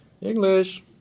English